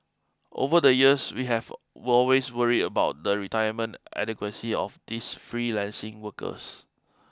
over the years we have will always worried about the retirement adequacy of these freelancing workers